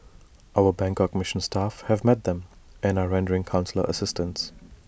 our Bangkok mission staff have met them and are rendering consular assistance